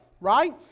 right